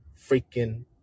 freaking